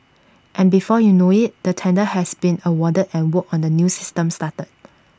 and before you know IT the tender has been awarded and work on the new system started